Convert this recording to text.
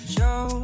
Show